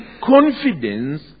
confidence